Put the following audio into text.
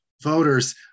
voters